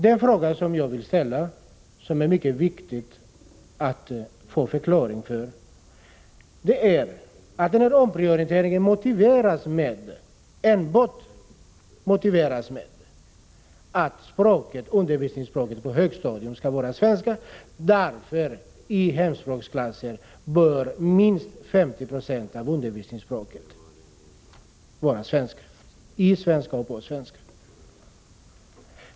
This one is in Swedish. Den fråga som jag vill ta upp, och där det är mycket viktigt att få svar, gäller att den här omprioriteringen motiveras enbart med att undervis ningsspråket på högstadiet skall vara svenska och att undervisningen i hemspråksklasser därför till 50 26 bör ske i svenska och på svenska.